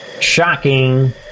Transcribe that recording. shocking